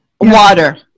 Water